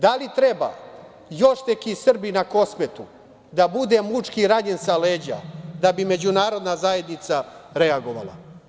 Da li treba još neki Srbin na Kosovu da bude mučki ranjen sa leđa da bi međunarodna zajednica reagovala?